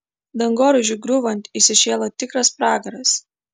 dangoraižiui griūvant įsišėlo tikras pragaras